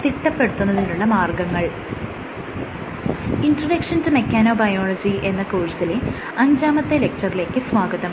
'introduction to mechanobiology എന്ന കോഴ്സിലെ അഞ്ചാമത്തെ ലെക്ച്ചറിലേക്ക് സ്വാഗതം